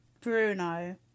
Bruno